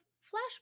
flash